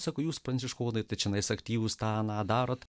sako jūs pranciškonai tarnais aktyvūs tą darote